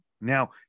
Now